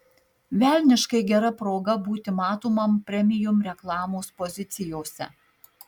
velniškai gera proga būti matomam premium reklamos pozicijose